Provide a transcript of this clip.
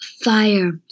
fire